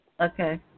Okay